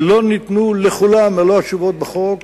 שלא לכולם ניתנו מלוא התשובות בחוק,